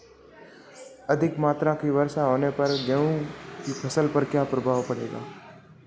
अधिक मात्रा की वर्षा होने से गेहूँ की फसल पर क्या प्रभाव पड़ेगा?